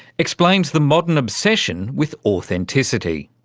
explains the modern obsession with authenticity.